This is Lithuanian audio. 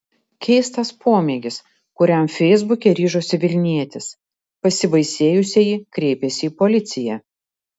keistas pomėgis kuriam feisbuke ryžosi vilnietis pasibaisėjusieji kreipėsi į policiją